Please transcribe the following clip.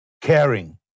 Caring